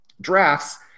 drafts